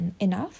enough